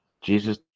Jesus